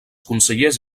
consellers